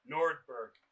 Nordberg